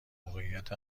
موقعیت